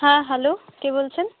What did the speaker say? হ্যাঁ হ্যালো কে বলছেন